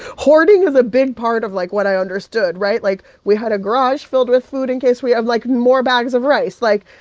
hoarding is a big part of, like, what i understood, right? like, we had a garage filled with food in case we have like, more bags of rice. like,